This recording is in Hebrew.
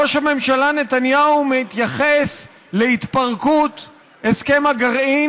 ראש הממשלה נתניהו מתייחס להתפרקות הסכם הגרעין